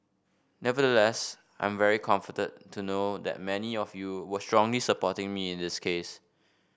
nevertheless I'm very comforted to know that many of you were strongly supporting me in this case